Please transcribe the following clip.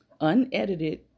unedited